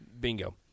Bingo